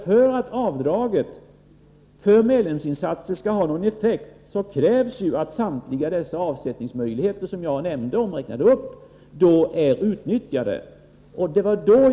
För att avdraget för medlemsinsatser skall ha någon effekt krävs att samtliga dessa avsättningsmöjligheter som jag räknade upp är utnyttjade.